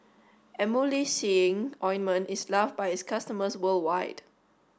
Emulsying Ointment is loved by its customers worldwide